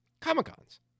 Comic-Con's